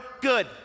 good